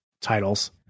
titles